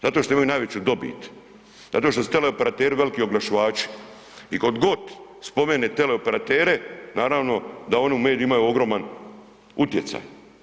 Zato što imaju najveću dobit, zato što su teleoperateri veliki oglašivači i ko god spomene teleoperatere naravno da oni u medijima imaju ogroman utjecaj.